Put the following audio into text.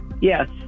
Yes